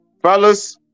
fellas